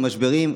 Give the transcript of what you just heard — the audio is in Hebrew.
משברים,